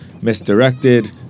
misdirected